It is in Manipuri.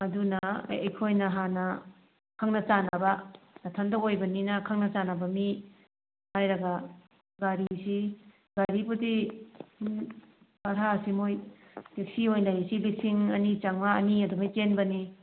ꯑꯗꯨꯅ ꯑꯩꯈꯣꯏꯅ ꯍꯥꯟꯅ ꯈꯪꯅ ꯆꯥꯟꯅꯕ ꯅꯊꯟꯗ ꯑꯣꯏꯕꯅꯤꯅ ꯈꯪꯅ ꯆꯥꯟꯅꯕ ꯃꯤ ꯍꯥꯏꯔꯒ ꯒꯥꯔꯤꯁꯤ ꯒꯥꯔꯤꯕꯨꯗꯤ ꯚꯔꯥꯁꯦ ꯃꯣꯏ ꯇꯦꯛꯁꯤ ꯑꯣꯏꯅ ꯂꯤꯁꯤꯡ ꯑꯅꯤ ꯆꯃꯉꯥ ꯑꯅꯤ ꯑꯗꯨꯃꯥꯏꯅ ꯆꯦꯟꯕꯅꯤ